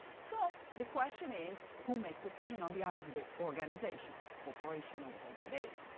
so the question is who makes decision on behalf of the organization? corporation or whatever it is.